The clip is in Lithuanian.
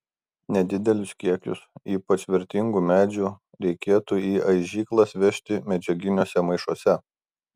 nedidelius kiekius ypač vertingų medžių reikėtų į aižyklas vežti medžiaginiuose maišuose